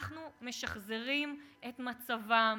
אנחנו משחזרים את מצבם